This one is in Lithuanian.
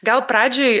gal pradžioj